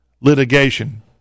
litigation